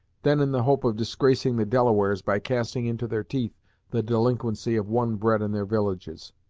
than in the hope of disgracing the delawares by casting into their teeth the delinquency of one bred in their villages.